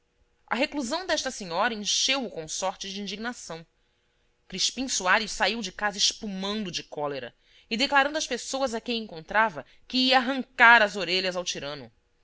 a reclusão desta senhora encheu o consorte de indignação crispim soares saiu de casa espumando de cólera e declarando às pessoas a quem encontrava que ia arrancar as orelhas ao tirano